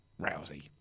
Rousey